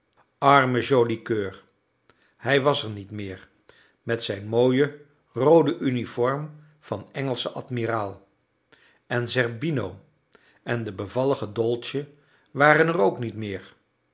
arme joli coeur hij was er niet meer met zijn mooie roode uniform van engelsch admiraal en zerbino en de bevallige dolce waren er ook niet meer